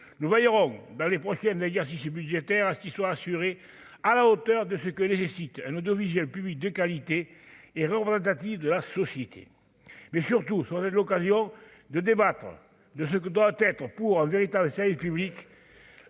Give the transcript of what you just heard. nous verrons dans les prochaines guerre si budgétaire à ce qu'qui soit assurés à la hauteur de ce que les un audiovisuel public de qualité et de la société, mais surtout sur de l'occasion de débattre de ce que doit être, pour un véritable service public,